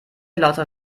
lauter